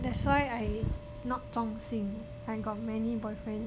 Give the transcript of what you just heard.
that's why I not 忠心 I got many boyfriends